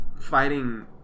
fighting